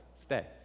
stay